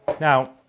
Now